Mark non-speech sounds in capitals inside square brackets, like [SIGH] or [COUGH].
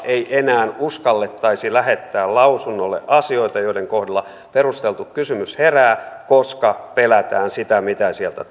ei enää uskallettaisi lähettää lausunnolle asioita joiden kohdalla perusteltu kysymys herää koska pelätään sitä mitä sieltä [UNINTELLIGIBLE]